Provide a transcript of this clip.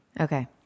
Okay